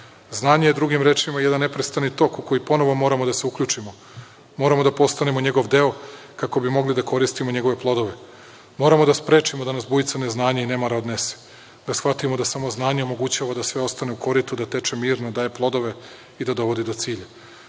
Znanje je, drugim rečima jedan neprestani tok u koji moramo ponovo da se uključimo. Moramo da postanemo njegov deo kako bi mogli da koristimo njegove plodove. Moramo da sprečimo da nas bujica neznanja i nemara odnese, da shvatimo da samo znanje omogućava da sve ostane u koritu, da teče mirno, da daje plodove i da dovodi do